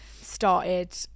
started